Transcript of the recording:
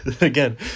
again